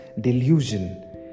delusion